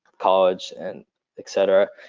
college, and et cetera.